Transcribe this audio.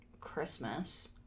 Christmas